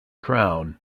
crown